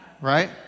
Right